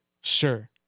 Sure